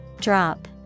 drop